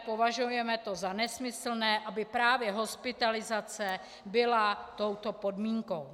Považujeme to za nesmyslné, aby právě hospitalizace byla touto podmínkou.